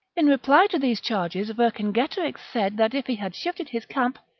in reply to these charges vercingetorix said that if he had shifted his camp,